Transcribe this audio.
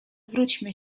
wróćmy